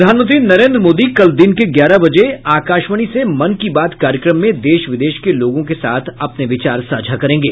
प्रधानमंत्री नरेन्द्र मोदी कल दिन के ग्यारह बजे आकाशवाणी से मन की बात कार्यक्रम में देश विदेश के लोगों के साथ अपने विचार साझा करेंगे